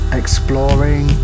exploring